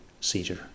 seizure